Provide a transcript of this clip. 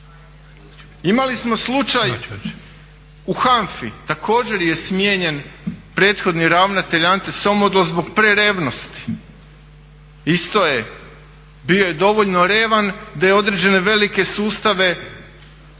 Imali smo slučaj u HANFA-i, također je smijenjen prethodni ravnatelj Ante … zbog prerevnosti. Isto je, bio je dovoljno revan da je određene velike sustave izrekao